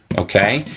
okay?